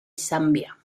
zambia